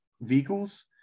vehicles